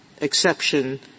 exception